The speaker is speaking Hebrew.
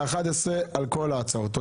אני מתנצל מראש בפני הלשכה המשפטית שהפעם